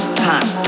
time